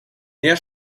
näher